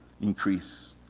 increase